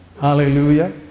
Hallelujah